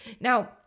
Now